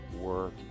work